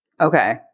Okay